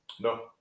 no